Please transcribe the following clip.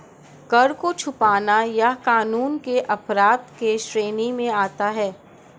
कर को छुपाना यह कानून के अपराध के श्रेणी में आता है